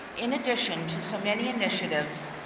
in addition to so many initiatives,